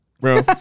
bro